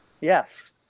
Yes